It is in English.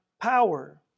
power